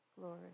glory